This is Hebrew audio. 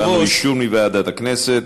קיבלנו אישור מוועדת הכנסת,